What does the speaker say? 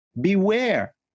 Beware